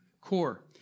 core